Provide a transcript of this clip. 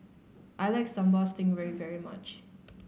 I like Sambal Stingray very much